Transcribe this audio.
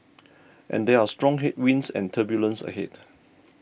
and there are strong headwinds and turbulence ahead